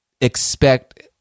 expect